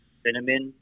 cinnamon